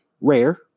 rare